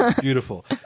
Beautiful